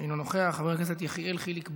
אינו נוכח, חבר הכנסת יחיאל חיליק בר,